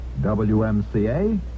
WMCA